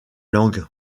langue